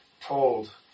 told